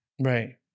Right